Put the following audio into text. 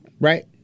right